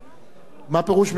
מקווים, מה פירוש מקווים?